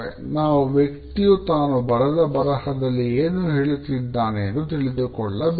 ನಾವು ವ್ಯಕ್ತಿಯು ತಾನು ಬರೆದ ಬರಹದಲ್ಲಿ ಏನು ಹೇಳುತ್ತಿದ್ದಾನೆ ಎಂದು ತಿಳಿದುಕೊಳ್ಳಬೇಕು